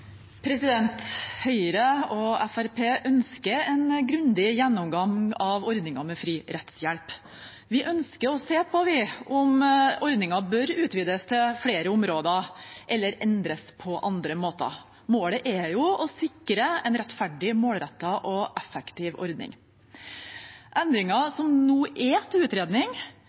Høyre og Fremskrittspartiet ønsker en grundig gjennomgang av ordningen med fri rettshjelp. Vi ønsker å se på om ordningen bør utvides til flere områder, eller endres på andre måter. Målet er å sikre en rettferdig, målrettet og effektiv ordning. Endringene som nå er til utredning,